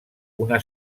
una